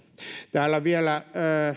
täällä vielä